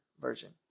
version